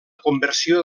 conversió